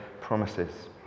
promises